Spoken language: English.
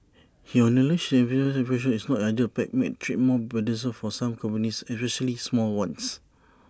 he acknowledged this piecemeal approach is not ideal pacts make trade more burdensome for some companies especially small ones